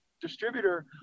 distributor